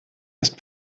ist